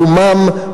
מחומם,